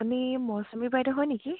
আপুনি মৌচুমী বাইদেউ হয় নেকি